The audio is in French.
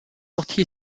sorti